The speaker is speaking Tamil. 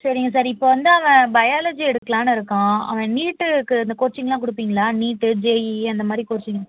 சரிங்க சார் இப்போ வந்து அவன் பயாலஜி எடுக்கலாம்னு இருக்கான் அவன் நீட்டுக்கு இந்த கோச்சிங்கலாம் கொடுப்பிங்களா நீட்டு ஜேஇஇ அந்த மாதிரி கோச்சிங்